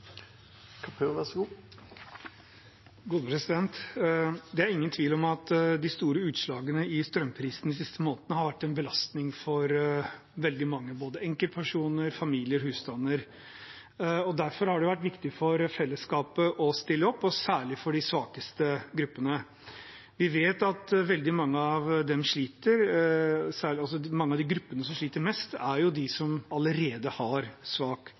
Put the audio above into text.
Det er ingen tvil om at de store utslagene i strømprisen de siste månedene har vært en belastning for veldig mange, både enkeltpersoner, familier og husstander. Derfor har det vært viktig for fellesskapet å stille opp, og særlig for de svakeste gruppene. Vi vet at veldig mange av dem sliter. Mange av de gruppene som sliter mest, er de som allerede har svak